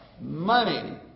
Money